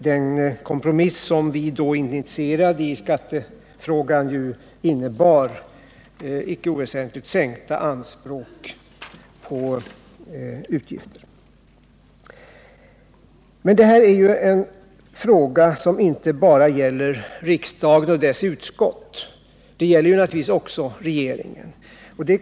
Den kompromiss som vi då initierade i skattefrågan var ekonomiskt mindre äventyrlig än regeringens förslag. Denna fråga gäller emellertid inte bara riksdagen och dess utskott utan naturligtvis också regeringen.